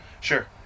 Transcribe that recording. Sure